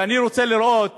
ואני רוצה לראות